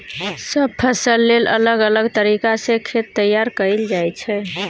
सब फसल लेल अलग अलग तरीका सँ खेत तैयार कएल जाइ छै